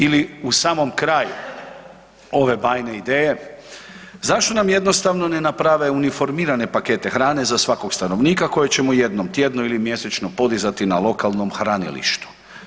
Ili u samom kraju ove bajne ideje zašto nam jednostavno ne naprave uniformirane pakete hrane za svakog stanovnika koje ćemo jednom tjedno ili mjesečno podizati na lokalnom hranilištu.